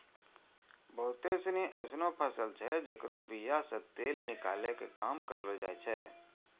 बहुते सिनी एसनो फसल छै जेकरो बीया से तेल निकालै के काम करलो जाय छै